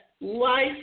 life